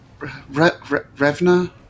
Revna